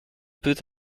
peut